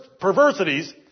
perversities